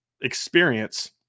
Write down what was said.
experience